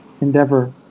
endeavor